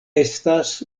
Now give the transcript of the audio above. estas